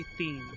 themed